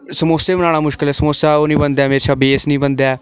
समोसे बनाने मुश्कल ऐ समोसा ओह् नेईं बनदा ऐ म्हेशां बेस नेईं बनदा ऐ